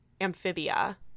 Amphibia